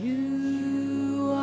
you